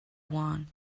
one